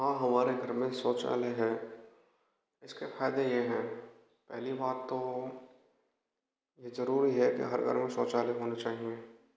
हाँ हमारे घर में शौचालय है इसके फायदे ये हैं पहली बात तो ये जरूरी है हर घर मे शौचालय होना चाहिए